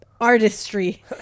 artistry